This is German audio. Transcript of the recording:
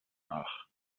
nach